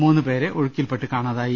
മൂന്നുപേരെ ഒഴു ക്കിൽപ്പെട്ട് കാണാതായി